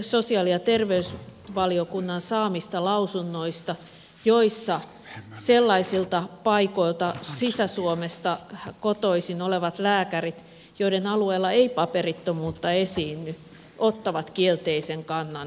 sosiaali ja terveysvaliokunnan saamista lausunnoista niitä kahta joissa sisä suomesta kotoisin olevat lääkärit sellaisilta alueilta missä ei paperittomuutta esiinny ottavat kielteisen kannan paperittomuuteen